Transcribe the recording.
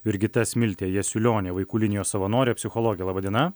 jurgita smiltė jasiulionienė vaikų linijos savanorė psichologė laba diena